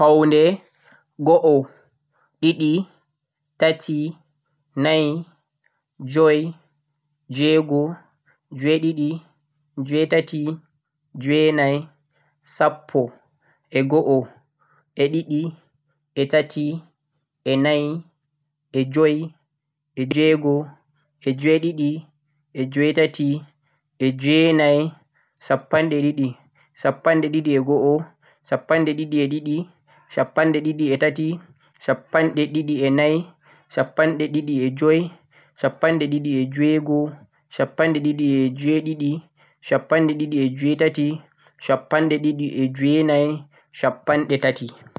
Houɗe, go'o, ɗiɗi, tati, nai, joi, jweego, jweeɗiɗi, jweetati, jweenai, sappo, ago'o, a ɗiɗi, a tati, a nai, a joi, a jweego, a jweeɗiɗi, a jweetati, a jweenai, shappanɗe ɗiɗi, shappanɗe go'o, shappanɗe ɗiɗi, shappanɗe tati, shappanɗe nai, shappanɗe joi, shappanɗe jweego, shappanɗe jweeɗiɗi, shappanɗe jweetati, shappanɗe jweenai, shappanɗe tati.